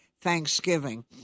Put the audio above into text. Thanksgiving